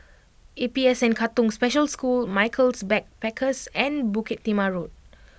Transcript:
A P S N Katong Special School Michaels Backpackers and Bukit Timah Road